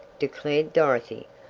declared dorothy.